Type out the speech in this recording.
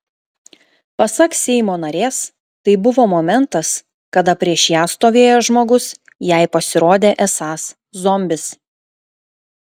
pasak seimo narės tai buvo momentas kada prieš ją stovėjęs žmogus jai pasirodė esąs zombis